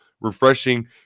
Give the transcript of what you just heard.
refreshing